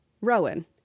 Rowan